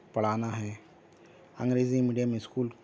پڑھانا ہے انگریزی میڈیم اسکول